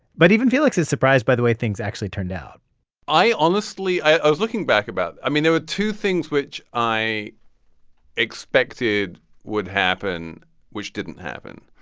but even felix is surprised by the way things actually turned out i honestly, i was looking back. i mean, there were two things which i expected would happen which didn't happen.